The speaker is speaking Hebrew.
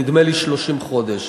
נדמה לי, 30 חודש.